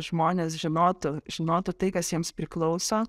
žmonės žinotų žinotų tai kas jiems priklauso